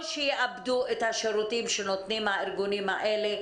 או שיאבדו את השירותים שנותנים הארגונים האלה,